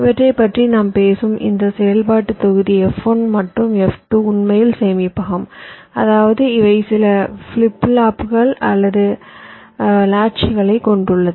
இவற்றைப் பற்றி நாம் பேசும் இந்த செயல்பாட்டு தொகுதி F1 மற்றும் F2 உண்மையில் சேமிப்பகம் அதாவது இவை சில ஃபிளிப் ஃப்ளாப்கள் அல்லது லாட்சுகளைக் கொண்டுள்ளது